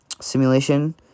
simulation